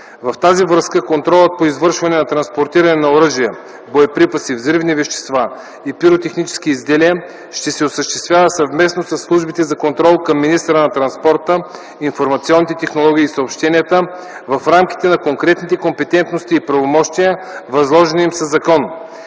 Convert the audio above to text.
В тази връзка контролът по извършването на транспортиране на оръжия, боеприпаси, взривни вещества и пиротехнически изделия ще се осъществява съвместно със службите за контрол към министъра на транспорта, информационните технологии и съобщенията в рамките на конкретните компетентности и правомощия, възложени им със закон.